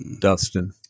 Dustin